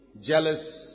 Jealous